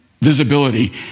visibility